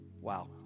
wow